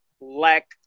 lack